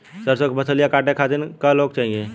सरसो के फसलिया कांटे खातिन क लोग चाहिए?